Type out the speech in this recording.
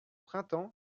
printemps